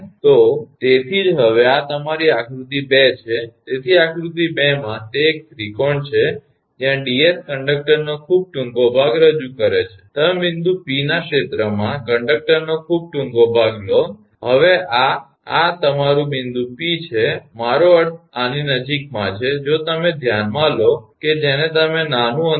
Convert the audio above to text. તો તેથી જ હવે આ તમારી આકૃતિ 2 છે તેથી આકૃતિ 2 માં તે એક ત્રિકોણ છે જ્યાં 𝑑𝑠 કંડકટરનો ખૂબ ટૂંકો ભાગ રજૂ કરે છે તમે બિંદુ 𝑃 ના ક્ષેત્રમાં કંડકટરનો ખૂબ ટૂંકો ભાગ લો હવે આ આ તમારું બિંદુ 𝑃 છે કે મારો અર્થ આની નજીકમાં છે જો તમે ધ્યાનમાં લો કે જેને તમે નાનું અંતર 𝑑𝑠 તરીકે કહો છો